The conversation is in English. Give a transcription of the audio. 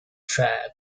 track